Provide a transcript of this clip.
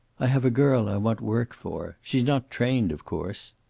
i have a girl i want work for. she's not trained, of course.